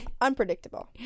unpredictable